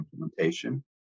implementation